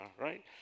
right